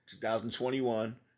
2021